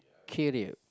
career